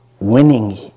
winning